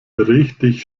richtig